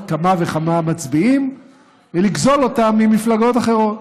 כמה וכמה מצביעים ולגזול אותם ממפלגות אחרות.